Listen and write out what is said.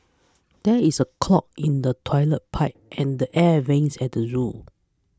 there is a clog in the Toilet Pipe and the Air Vents at the zoo